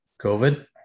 COVID